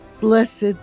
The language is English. blessed